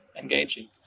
engaging